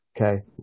okay